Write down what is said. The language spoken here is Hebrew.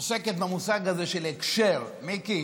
עוסקת במושג הזה של הקשר, מיקי.